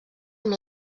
amb